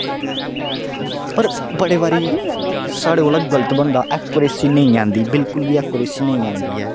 पर बड़े बारी साढ़े कोला गल्त बनदा ऐकोरसी नेईं आंदी बिल्कुल बी ऐकोरेसी नेईं आंदी